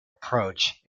approach